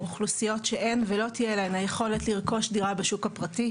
אוכלוסיות שאין ולא תהיה להן היכולת לרכוש דירה בשוק הפרטי,